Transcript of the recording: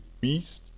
beast